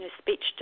speech